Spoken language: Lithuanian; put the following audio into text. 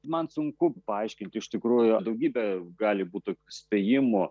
man sunku paaiškinti iš tikrųjų daugybę gali būti spėjimų